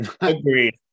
Agreed